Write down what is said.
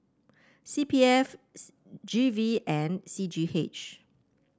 C P F G V and C G H